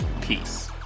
Peace